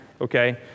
okay